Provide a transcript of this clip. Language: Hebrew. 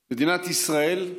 מדינת ישראל היא